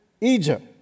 Egypt